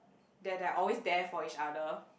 that they are always there for each other